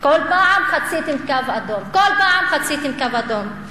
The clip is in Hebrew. כל פעם "חציתם קו אדום", כל פעם "חציתם קו אדום".